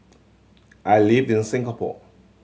I live in Singapore